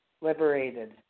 liberated